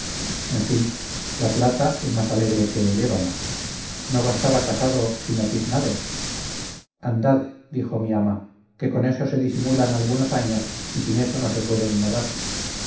en fin la plata es más alegre que el ébano no bastaba casado sino tiznado andad dijo mi ama que con eso se disimulan algunos años y sin eso no se pueden negar